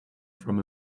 from